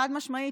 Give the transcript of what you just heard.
חד-משמעית.